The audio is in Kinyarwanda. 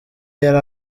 yari